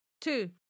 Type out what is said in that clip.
Two